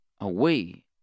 Away